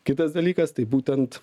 kitas dalykas tai būtent